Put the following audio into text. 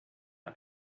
out